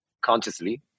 consciously